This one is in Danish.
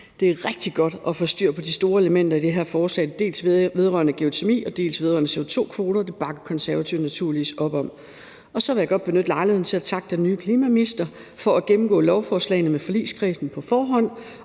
Det er rigtig godt at få styr på de store elementer i det her forslag, dels vedrørende geotermi, dels vedrørende CO2-kvoter. Det bakker Konservative naturligvis op om. Så vil jeg godt benytte lejligheden til at takke den nye klimaminister for at gennemgå lovforslagene med forligskredsen på forhånd